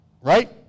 Right